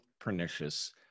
pernicious